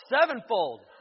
sevenfold